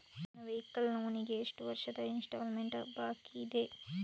ನನ್ನ vehicle loan ಗೆ ಎಷ್ಟು ವರ್ಷದ ಇನ್ಸ್ಟಾಲ್ಮೆಂಟ್ ಬಾಕಿ ಇದೆ?